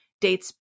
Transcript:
dates